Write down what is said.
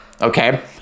Okay